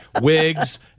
wigs